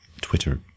Twitter